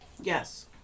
Yes